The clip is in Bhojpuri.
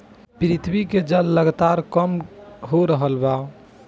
पृथ्वी के जल लगातार कम हो रहल बा